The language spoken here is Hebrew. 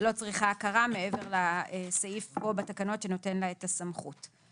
לא צריכה הכרה מעבר לסעיף פה בתקנות שנותן לה את הסמכות.